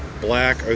black